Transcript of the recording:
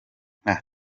nka